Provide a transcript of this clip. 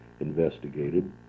investigated